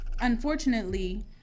unfortunately